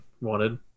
wanted